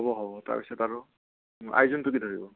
হ'ব হ'ব তাৰপাছত আৰু আইজোংটো কি ধৰিব